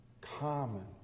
common